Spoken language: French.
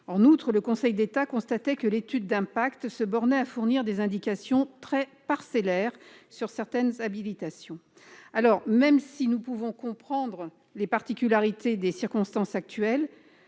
En outre, le Conseil d'État a constaté que l'étude d'impact se bornait à fournir des indications très parcellaires sur certaines habilitations. Même si nous pouvons comprendre les particularités des circonstances actuelles,